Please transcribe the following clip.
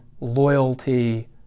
loyalty